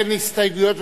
אין הסתייגויות,